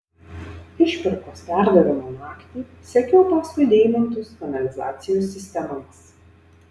išpirkos perdavimo naktį sekiau paskui deimantus kanalizacijos sistemomis